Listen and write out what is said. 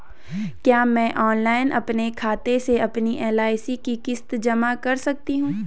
क्या मैं ऑनलाइन अपने खाते से अपनी एल.आई.सी की किश्त जमा कर सकती हूँ?